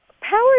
Power